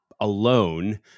alone